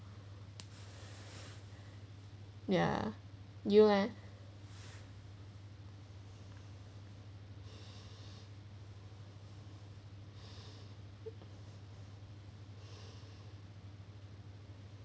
ya you leh